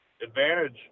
advantage